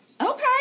Okay